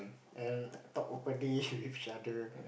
and talk openly with each other